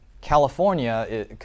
California